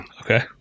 Okay